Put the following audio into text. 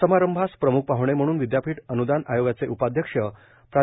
समारंभास प्रम्ख पाहणे म्हणून विद्यापीठ अन्दान आयोगाचे उपाध्यक्ष प्रा